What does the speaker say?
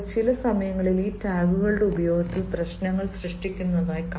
ആളുകൾ ചില സമയങ്ങളിൽ ഈ ടാഗുകളുടെ ഉപയോഗത്തിൽ പ്രശ്നങ്ങൾ സൃഷ്ടിക്കുന്നു